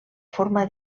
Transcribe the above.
forma